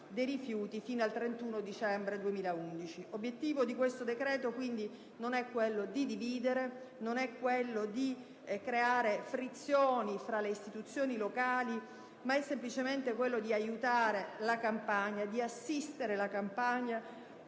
sui rifiuti fino al 31 dicembre 2011. L'obiettivo di questo decreto, quindi, non è di dividere o di creare frizioni tra le istituzioni locali, ma semplicemente quello di aiutare e di assistere la Campania